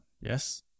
yes